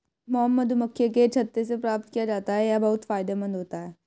mom मधुमक्खियों के छत्ते से प्राप्त किया जाता है यह बहुत फायदेमंद होता है